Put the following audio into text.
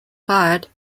fired